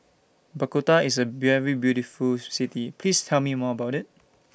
Bogota IS A very beautiful City Please Tell Me More about IT